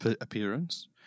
appearance